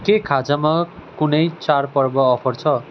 के खाजामा कुनै चाडपर्व अफर छ